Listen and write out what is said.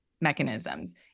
mechanisms